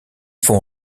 font